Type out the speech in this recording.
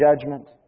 judgment